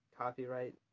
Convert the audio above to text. Copyright